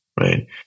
right